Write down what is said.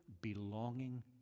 belonging